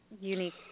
unique